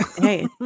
Hey